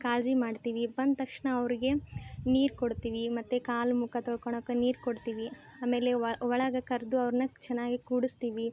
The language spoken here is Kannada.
ಕಾಳಜಿ ಮಾಡ್ತೀವಿ ಬಂದು ತಕ್ಷಣ ಅವರಿಗೆ ನೀರು ಕೊಡ್ತೀವಿ ಮತ್ತು ಕಾಲು ಮುಖ ತೊಳ್ಕೊಳ್ಳೋಕೆ ನೀರು ಕೊಡ್ತೀವಿ ಆಮೇಲೆ ಒಳಗೆ ಕರೆದು ಅವ್ರನ್ನ ಚೆನ್ನಾಗಿ ಕೂರಿಸ್ತೀವಿ